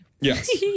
Yes